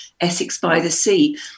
Essex-by-the-Sea